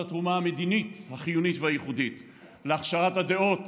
התרומה המדינית החיונית והייחודית להכשרת הדעות